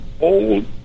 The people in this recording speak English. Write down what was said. old